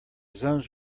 zones